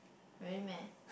really meh